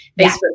Facebook